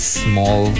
small